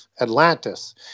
Atlantis